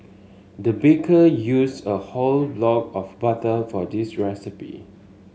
the baker used a whole block of butter for this recipe